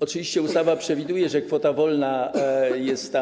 Oczywiście ustawa przewiduje, że kwota wolna jest